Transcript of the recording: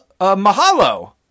Mahalo